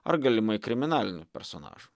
ar galimai kriminalinių personažų